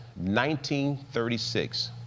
1936